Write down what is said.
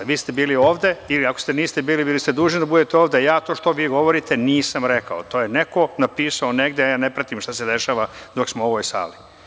Vi ste bili ovde, ili ako niste, bili ste dužni da budete ovde, ja, to što vi govorite, nisam rekao, to je neko napisao negde, a ja ne pratim šta se dešava dok smo u ovoj sali.